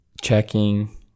checking